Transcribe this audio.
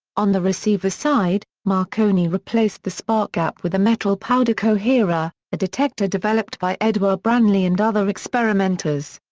on the receiver side, marconi replaced the spark gap with a metal powder coherer, a detector developed by edouard branly and other experimenters.